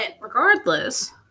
regardless